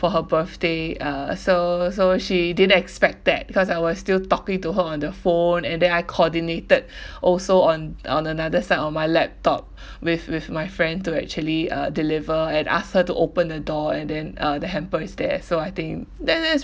for her birthday uh so so she didn't expect that because I was still talking to her on the phone and then I coordinated also on on another side of my laptop with with my friend to actually uh deliver and ask her to open the door and then uh the hamper is there so I think that that's